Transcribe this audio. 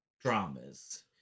dramas